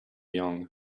young